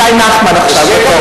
שי נחמן עכשיו.